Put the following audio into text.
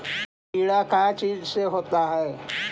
कीड़ा का चीज से होता है?